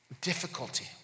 difficulty